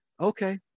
okay